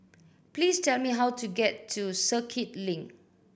please tell me how to get to Circuit Link